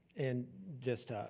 and just